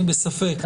אני בספק.